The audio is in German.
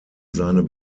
seine